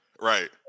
Right